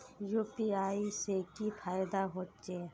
UPI से की फायदा हो छे?